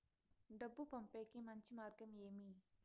డబ్బు పంపేకి మంచి మార్గం ఏమి